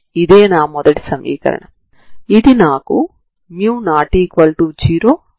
అదేవిధంగా సమాంతర రేఖలు ఈ x0ct0 రేఖ వైపున కూడా వెళ్తాయి